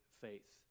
faith